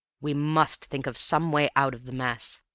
we must think of some way out of the mess.